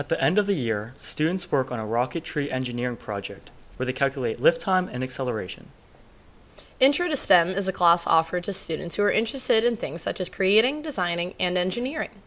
at the end of the year students work on a rocketry engineering project where they calculate lift time and acceleration ensure to stand as a class offered to students who are interested in things such as creating designing and engineering